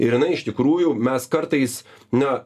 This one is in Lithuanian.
ir jinai iš tikrųjų mes kartais na